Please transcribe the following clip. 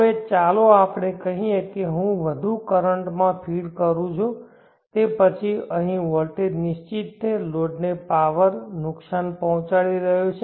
હવે ચાલો આપણે કહીએ કે હું વધુ કરંટ માં ફીડ કરું છું તે પછી અહીં વોલ્ટેજ નિશ્ચિત છે લોડને પાવર નુકશાન પહોંચાડી રહ્યો છે